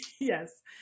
Yes